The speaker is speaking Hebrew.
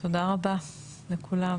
תודה רבה לכולם.